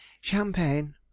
Champagne